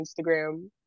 Instagram